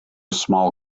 small